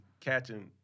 catching